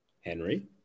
Henry